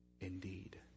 indeed